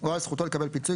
או על זכותו לקבל פיצוי,